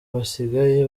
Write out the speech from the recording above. basigaye